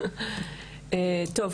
טוב,